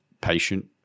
patient